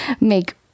make